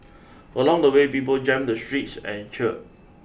along the way people jammed the streets and cheered